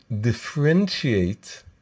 differentiate